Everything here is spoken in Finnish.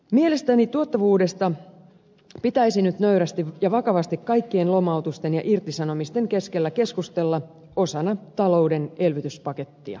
mielestäni tuottavuudesta pitäisi nyt nöyrästi ja vakavasti kaikkien lomautusten ja irtisanomisten keskellä keskustella osana talouden elvytyspakettia